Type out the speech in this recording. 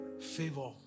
Favor